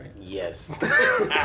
Yes